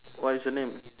what is the name